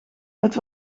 het